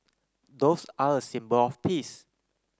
doves are a symbol of peace